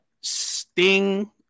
sting